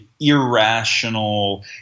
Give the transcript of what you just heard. irrational